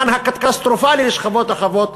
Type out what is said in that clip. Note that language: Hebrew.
במובן הקטסטרופלי של המילה לשכבות רחבות.